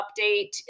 update